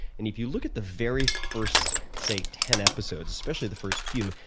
and if you look at the very first, say, ten episodes, especially the first few,